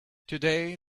today